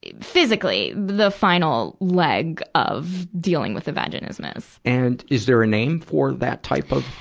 physically, the final leg of dealing with the vaginismus. and, is there a name for that type of